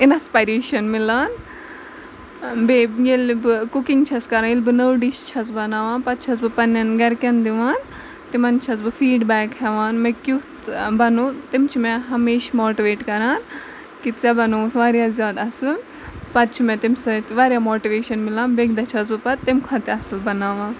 inspiration مِلان بیٚیہِ ییٚلہِ نہٕ بہٕ کُکِنگ چھَس کران ییٚلہِ بہٕ نٔو ڈِش چھَس بَناوان پَتہٕ چھَس بہٕ پَنٕنین گرِ کین دِوان تِمن چھَس بہٕ فیٖڈ بیک ہیوان مےٚ کیُتھ بَنو تِم چھِ مےٚ ہمیشہٕ موٹِویٹ کران کہِ ژےٚ بَنووُتھ واریاہ زیادٕ اَصٕل پَتہٕ چھُ مےٚ تَمہِ سۭتۍ واریاہ موٹِویشن مِلان بیٚیہِ کہِ دۄہ چھس بہٕ پَتہٕ تَمہِ کھۄتہٕ تہِ اَصٕل بَناوان